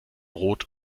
rot